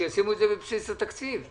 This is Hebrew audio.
שישמו את זה בבסיס התקציב.